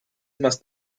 must